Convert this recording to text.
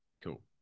Cool